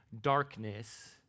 darkness